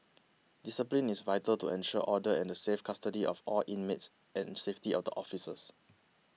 discipline is vital to ensure order and the safe custody of all inmates and safety of the officers